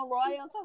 Royal